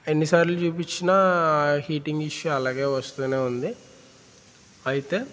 ఎన్నిసార్లు చూపించినా heating issue అలాగే వస్తు ఉంది అయితే